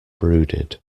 brooded